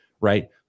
right